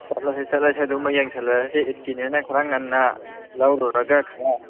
ꯆꯠꯂꯁꯤ ꯆꯠꯂꯁꯤ ꯑꯗꯨꯃ ꯌꯦꯡꯁꯜꯂꯨꯔꯁꯤ ꯏꯠꯀꯤꯅꯤꯅ ꯈꯔ ꯉꯟꯅ ꯂꯧꯔꯨꯔꯒ ꯈꯔ